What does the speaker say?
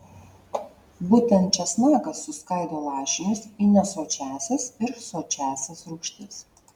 būtent česnakas suskaido lašinius į nesočiąsias ir sočiąsias rūgštis